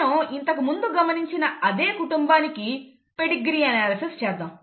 మనం ఇంతకు ముందు గమనించిన అదే కుటుంబానికి పెడిగ్రీ అనాలసిస్ చేద్దాం